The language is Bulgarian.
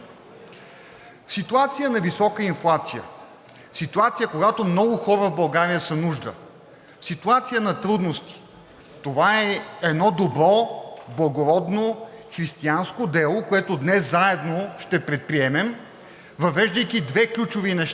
В ситуация на висока инфлация, в ситуация, когато много хора в България са в нужда, ситуация на трудности, това е едно добро благородно, християнско дело, което днес заедно ще предприемем, въвеждайки две ключови неща